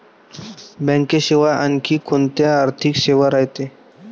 बँकेशिवाय आनखी कोंत्या आर्थिक सेवा रायते?